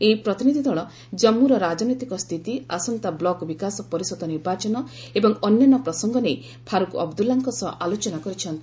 ଏହି ପ୍ରତିନିଧି ଦଳ ଜମ୍ମୁର ରାଜନୈତିକ ସ୍ଥିତି ଆସନ୍ତା ବ୍ଲକ୍ ବିକାଶ ପରିଷଦ ନିର୍ବାଚନ ଏବଂ ଅନ୍ୟାନ୍ୟ ପ୍ରସଙ୍ଗ ନେଇ ଫାରୁକ୍ ଅବଦୁଲ୍ଲାଙ୍କ ସହ ଆଲୋଚନା କରିଛନ୍ତି